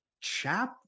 chap